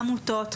עמותות,